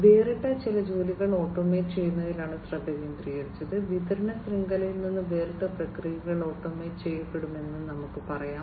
വേറിട്ട വേറിട്ട ജോലികൾ ഓട്ടോമേറ്റ് ചെയ്യുന്നതിലാണ് ശ്രദ്ധ കേന്ദ്രീകരിച്ചത് വിതരണ ശൃംഖലയിൽ നിന്ന് വേറിട്ട് പ്രക്രിയകൾ ഓട്ടോമേറ്റ് ചെയ്യപ്പെടുമെന്ന് നമുക്ക് പറയാം